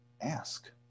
ask